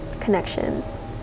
connections